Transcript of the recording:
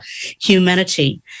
humanity